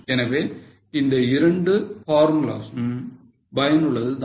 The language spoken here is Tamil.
எனவே இந்த இரண்டு formulas ம் பயனுள்ளது தான்